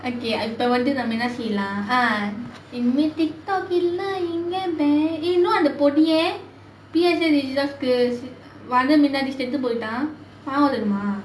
okay அடுத்து வந்து நாம என்ன செய்யலாம்:aduthu vanthu naama enna seiyalaam ah love